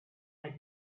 had